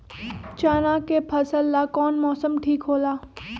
चाना के फसल ला कौन मौसम ठीक होला?